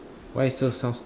why so soft